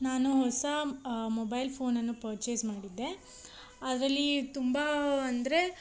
ನಾನು ಹೊಸ ಮೊಬೈಲ್ ಫೋನನ್ನು ಪರ್ಚೇಸ್ ಮಾಡಿದ್ದೆ ಅದರಲ್ಲಿ ತುಂಬ ಅಂದರೆ